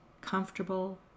comfortable